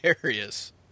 hilarious